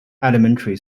elementary